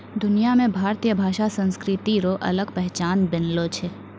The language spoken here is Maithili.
दुनिया मे भारतीय भाषा संस्कृति रो अलग पहचान बनलो छै